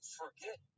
forget